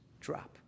drop